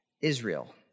Israel